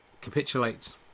capitulates